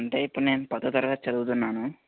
అంటే ఇప్పుడు నేను పదో తరగతి చదువుతున్నాను